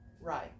right